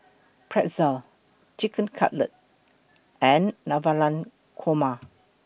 Pretzel Chicken Cutlet and Navratan Korma